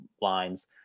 lines